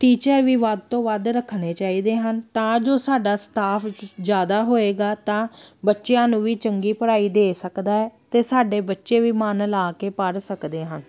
teacher ਵੀ ਵੱਧ ਤੋਂ ਵੱਧ ਰੱਖਣੇ ਚਾਹੀਦੇ ਹਨ ਤਾਂ ਜੋ ਸਾਡਾ ਸਟਾਫ ਜ਼ਿਆਦਾ ਹੋਵੇਗਾ ਤਾਂ ਬੱਚਿਆਂ ਨੂੰ ਵੀ ਚੰਗੀ ਪੜ੍ਹਾਈ ਦੇ ਸਕਦਾ ਹੈ ਅਤੇ ਸਾਡੇ ਬੱਚੇ ਵੀ ਮਨ ਲਾ ਕੇ ਪੜ੍ਹ ਸਕਦੇ ਹਨ